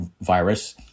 virus